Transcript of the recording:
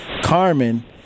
Carmen